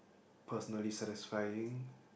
personally satisfying